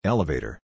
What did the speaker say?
Elevator